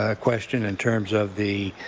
ah question in terms of the